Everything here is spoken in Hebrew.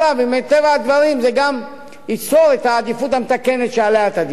ומטבע הדברים זה גם ייצור את העדיפות המתקנת שעליה דיברת.